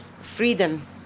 freedom